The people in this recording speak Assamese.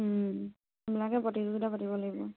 সেইবিলাকে প্ৰতিযোগিতা পাতিব লাগিব